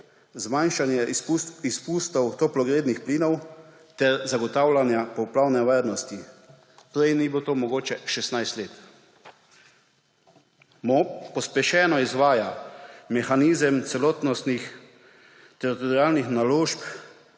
zmanjšanje izpustov toplogrednih plinov ter zagotavljanja poplavne varnosti. Prej to ni bilo mogoče 16 let. MOP pospešeno izvaja mehanizem celotnostih teritorialnih naložb.